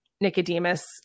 Nicodemus